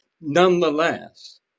Nonetheless